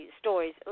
stories